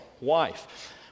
wife